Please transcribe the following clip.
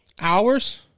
hours